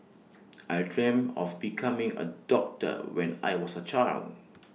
I dreamt of becoming A doctor when I was A child